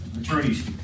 attorneys